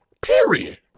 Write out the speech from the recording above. period